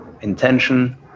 intention